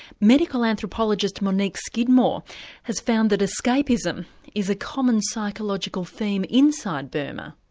medical anthropologist monique skidmore has found that escapism is a common psychological theme inside burma.